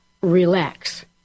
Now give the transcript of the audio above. relax